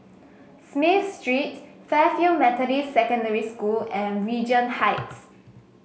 Smith Street Fairfield Methodist Secondary School and Regent Heights